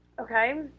okay